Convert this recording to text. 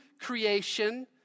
creation